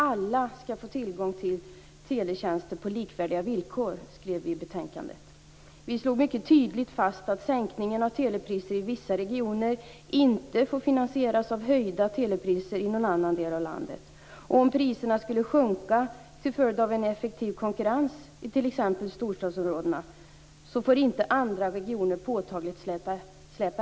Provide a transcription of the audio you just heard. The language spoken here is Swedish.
Alla skall få tillgång till teletjänster på likvärdiga villkor, skrev vi i betänkandet. Vi slog mycket tydligt fast att sänkningen av telepriser i vissa regioner inte får finansieras av höjda telepriser i någon annan del av landet, och om priserna skulle sjunka till följd av en effektiv konkurrens i t.ex. storstadsområdena får inte andra regioner påtagligt släpa efter.